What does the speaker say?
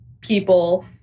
people